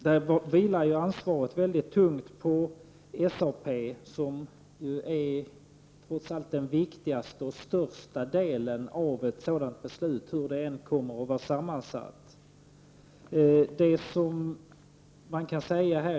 Där vilar ansvaret väldigt tungt på SAP, som trots allt utgör den viktigaste och största delen i den majoritet som fattar beslutet, hur den än kommer att vara sammansatt.